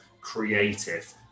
creative